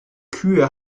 kühe